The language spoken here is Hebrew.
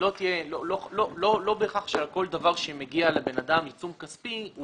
לא בהכרח על כל דבר שמגיע לבן אדם עיצום כספי,